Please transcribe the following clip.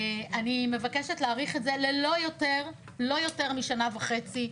אני מבקשת להאריך את זה לא יותר משנה וחצי.